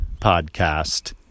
podcast